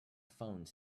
phone